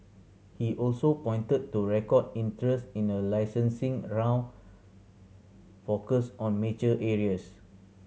he also pointed to record interest in a licensing round focused on mature areas